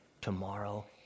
tomorrow